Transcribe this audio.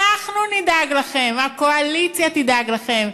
אנחנו נדאג לכם, הקואליציה תדאג לכם,